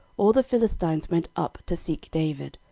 all the philistines went up to seek david.